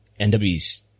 NW's